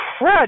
crud